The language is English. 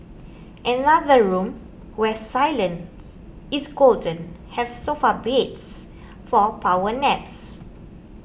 another room where silence is golden has sofa beds for power naps